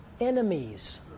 enemies